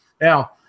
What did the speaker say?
now